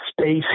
space